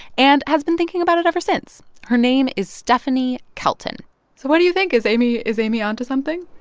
and has been thinking about it ever since. her name is stephanie kelton. so what do you think? is amy is amy onto something?